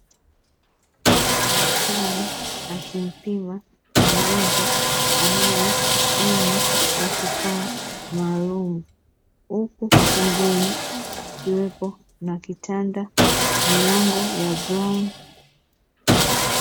Daktari akimpima mgonjwa anayeumwa na kifaa maalumu, huku pembeni kukiwepo na kitanda, milango ya brauni.